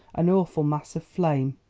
an awful mass of flame!